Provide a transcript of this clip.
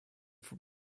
from